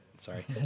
Sorry